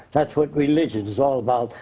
that's what religion is all about.